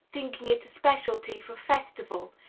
thinking it a specialty for festival,